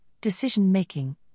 decision-making